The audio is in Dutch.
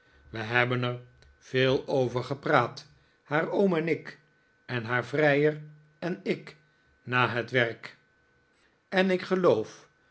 wij hebben er veel over gepraat haar oom en ik en haar vrijer en ik na het werk en ik geloof